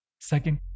second